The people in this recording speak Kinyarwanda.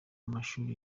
mashuri